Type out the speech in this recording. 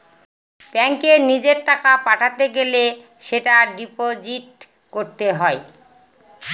ব্যাঙ্কে নিজের টাকা পাঠাতে গেলে সেটা ডিপোজিট করতে হয়